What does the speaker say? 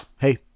Hey